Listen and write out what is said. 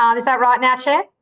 um is that right now, chair?